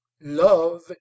love